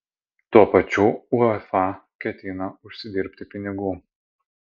tuo pačiu uefa ketina užsidirbti pinigų